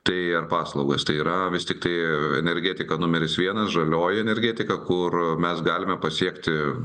tai ar paslaugos tai yra tiktai energetika numeris vienas žalioji energetika kur mes galime pasiekti